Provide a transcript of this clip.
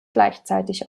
gleichzeitig